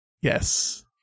Yes